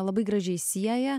labai gražiai sieja